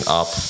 up